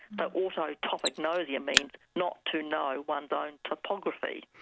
but autotopagnosia means not to know one's own typography.